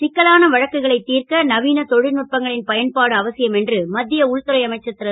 சிக்கலான வழக்குகளைத் திர்க்க நவீன தொ ல்நுட்பங்களின் பயன்பாடு அவசியம் என்று மத் ய உள்துறை அமைச்சர் ரு